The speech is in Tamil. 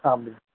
அப்படி